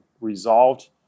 resolved